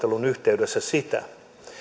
lain valmistelun yhteydessä sitä